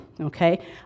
okay